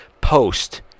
post